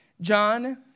John